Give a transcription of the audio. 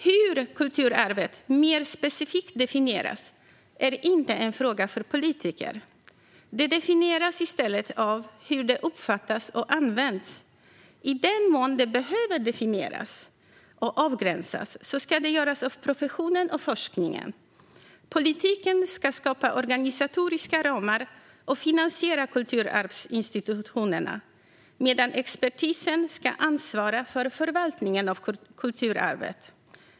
Hur kulturarvet mer specifikt definieras är inte en fråga för politiker. Det definieras i stället av hur det uppfattas och används. I den mån det behöver definieras och avgränsas ska det göras av professionen och forskningen. Politiken ska skapa organisatoriska ramar och finansiera kulturarvsinstitutionerna medan expertisen ska ansvara för förvaltningen av kulturarvet.